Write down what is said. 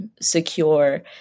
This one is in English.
secure